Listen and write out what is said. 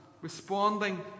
responding